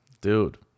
dude